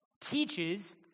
teaches